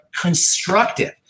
constructive